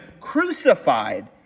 crucified